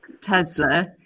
Tesla